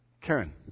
Karen